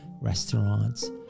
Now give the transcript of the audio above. restaurants